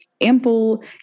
ample